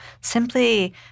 Simply